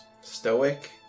stoic